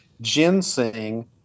ginseng